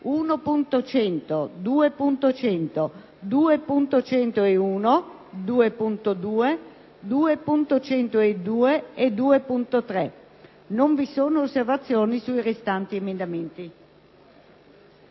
1.100, 2.100, 2.101, 2.2, 2.102 e 2.3. Non vi sono osservazioni sui restanti emendamenti».